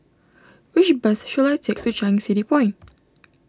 which bus should I take to Changi City Point